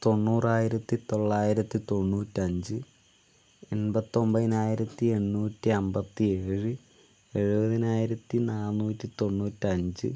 തൊണ്ണൂറായിരത്തി തൊള്ളായിരത്തി തൊണ്ണൂറ്റി അഞ്ച് എൺപത്തൊൻപതിനായിരത്തി എണ്ണൂറ്റി അൻപത്തി ഏഴ് എഴുപതിനായിരത്തി നാന്നൂറ്റി തൊണ്ണൂറ്റി അഞ്ച്